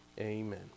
Amen